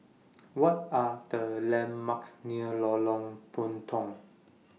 What Are The landmarks near Lorong Puntong